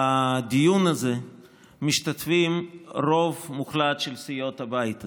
שבדיון הזה משתתף רוב מוחלט של סיעות הבית הזה.